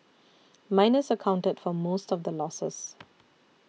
miners accounted for most of the losses